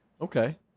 Okay